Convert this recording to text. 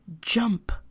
Jump